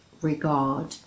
regard